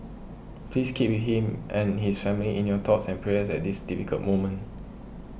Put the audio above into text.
please keep him and his family in your thoughts and prayers at this difficult moment